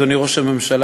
אדוני ראש הממשלה,